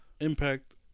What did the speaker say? Impact